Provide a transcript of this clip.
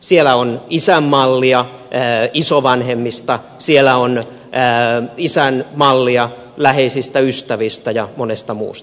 siellä on isän mallia isovanhemmista siellä on enää isän mallia läheisistä ystävistä ja monesta muusta